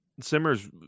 Simmer's